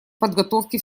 подготовки